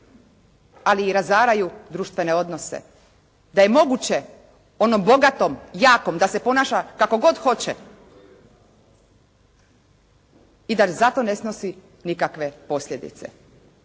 ali i razaraju društvene odnose. Da je moguće onom bogatom, jakom da se ponaša kako god hoće i da za to ne snosi nikakve posljedice.